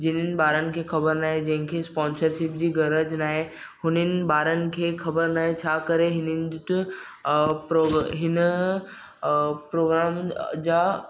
जिन्हनि ॿारनि खे ख़बर नाहे जंहिंखे स्पोंसरशीप जी गरज न आहे हुननि ॿारनि खे ख़बर नाहे छा करे हिन वटि प्रो हिन प्रोग्राम जा